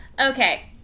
Okay